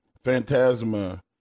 Phantasma